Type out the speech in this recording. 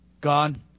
God